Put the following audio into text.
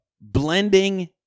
blending